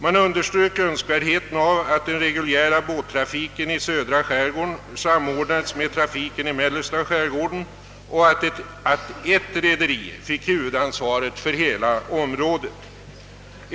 Man underströk önskvärdheten av att den reguljära båttrafiken i södra skärgården samordnades med trafiken i mellersta skärgården och att eft rederi fick huvudansvaret för hela området.